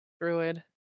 Druid